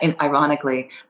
ironically